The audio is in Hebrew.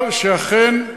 ואומר שאכן,